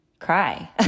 cry